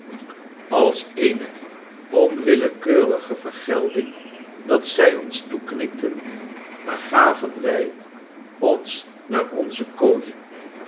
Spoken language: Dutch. als eene onwillekeurige vergelding dat zij ons toeknikten begaven wij ons naar onze kooien